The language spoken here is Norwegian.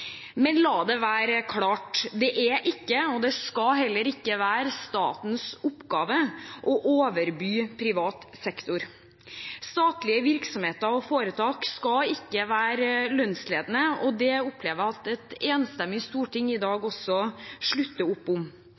Men la det være klart: Det er ikke – og det skal heller ikke være – statens oppgave å overby privat sektor. Statlige virksomheter og foretak skal ikke være lønnsledende, og det opplever jeg at et enstemmig storting i dag også slutter opp om.